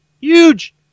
huge